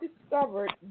discovered